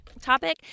topic